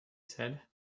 said